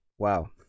wow